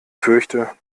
fürchte